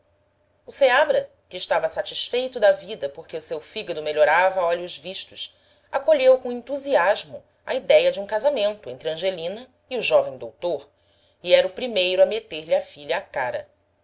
o seabra que estava satisfeito da vida porque o seu fígado melhorava a olhos vistos acolheu com entusiasmo a idéia de um casamento entre angelina e o jovem doutor e era o primeiro a meter-lhe a filha à cara